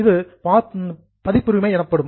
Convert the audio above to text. இது பதிப்புரிமை எனப்படும்